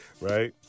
Right